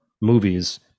movies